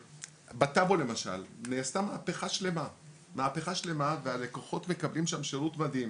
בטאבו למשל נעשתה מהפכה שלמה והלקוחות מקבלים שם שירות מדהים.